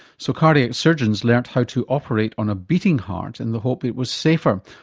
so cardiac surgeons learnt how to operate on a beating heart in the hope it was safer,